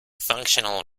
functional